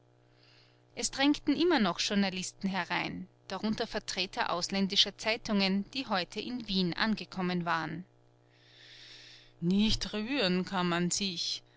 es drängten immer noch journalisten herein darunter vertreter ausländischer zeitungen die heute in wien angekommen waren nicht rühren kann man sich